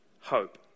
hope